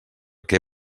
què